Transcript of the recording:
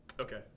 okay